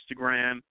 Instagram